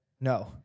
No